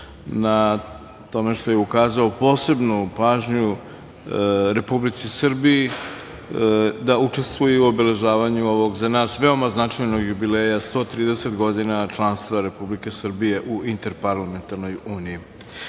na tome što je ukazao posebnu pažnju Republici Srbiji da učestvuje u obeležavanju ovog za nas veoma značajnog jubileja – 130 godina članstva Republike Srbije u Interparlamentarnoj uniji. Time